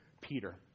Peter